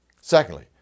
Secondly